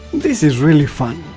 this is really fun!